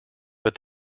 but